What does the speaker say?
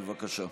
בבקשה.